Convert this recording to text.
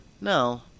no